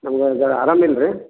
ನಮಗೆ ಜರಾ ಆರಾಮ ಇಲ್ಲ ರೀ